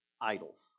idols